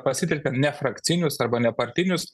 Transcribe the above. pasitelkiant nefrakcinius arba nepartinius